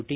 T